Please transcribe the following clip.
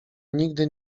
nigdy